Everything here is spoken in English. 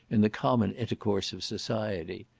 in the common intercourse of society.